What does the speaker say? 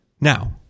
Now